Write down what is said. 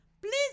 please